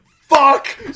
fuck